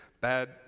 bad